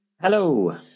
Hello